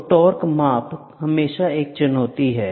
तो टार्क माप हमेशा एक चुनौती है